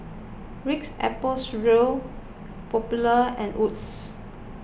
Ritz Apple Strudel Popular and Wood's